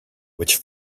which